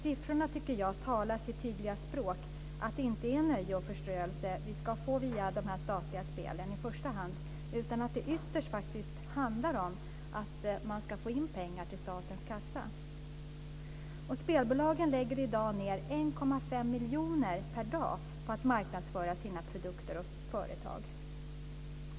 Jag tycker att siffrorna talar sitt tydliga språk. Det är inte i första hand nöje och förströelse som vi ska få via de statliga spelen, utan det handlar ytterst om att man ska få in pengar till statens kassa. Spelbolagen lägger i dag ned 1,5 miljoner per dag på att marknadsföra sina produkter och företag.